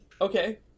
Okay